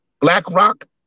BlackRock